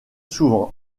souvent